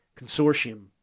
consortium